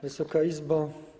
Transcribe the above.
Wysoka Izbo!